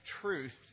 truth